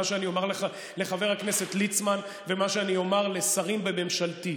שאני אומר לחבר הכנסת ליצמן ומה שאני אומר לשרים בממשלתי: